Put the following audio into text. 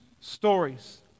stories